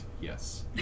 yes